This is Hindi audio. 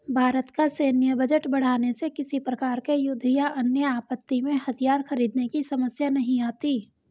भारत का सैन्य बजट बढ़ाने से किसी प्रकार के युद्ध या अन्य आपत्ति में हथियार खरीदने की समस्या नहीं आती